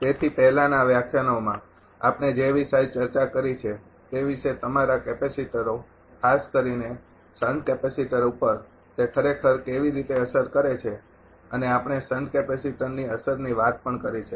તેથી પહેલાનાં વ્યાખ્યાનોમાં આપણે જે વિશે ચર્ચા કરી છે તે વિશે તમારા કેપેસિટરો ખાસ કરીને શન્ટ કેપેસિટર ઉપર તે ખરેખર કેવી રીતે અસર કરે છે અને આપણે શન્ટ કેપેસિટરની અસરની વાત પણ કરી છે